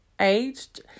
aged